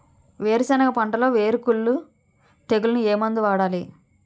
వేరుసెనగ పంటలో వేరుకుళ్ళు తెగులుకు ఏ మందు వాడాలి?